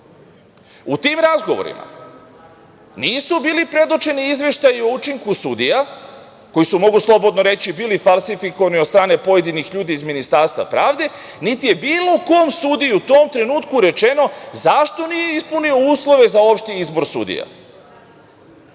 U tim razgovorima nisu bili predočeni izveštaji o učinku sudija, koji su, mogu slobodno reći, bili falsifikovani od strane pojedinih ljudi iz Ministarstva pravde, niti je bilo kom sudiji u tom trenutku rečeno zašto nije ispunio uslove za opšti izbor sudija.